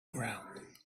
ground